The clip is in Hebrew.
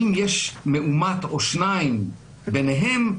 אם יש מאומת או שניים ביניהם,